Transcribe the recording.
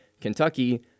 Kentucky